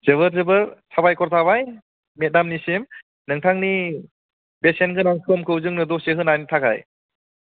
जोबोर जोबोर साबायखर थाबाय मेदामनिसिम नोंथांनि बेसेनगोनां समखौ जोंनो दसे होनायनि थाखाय